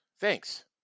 Thanks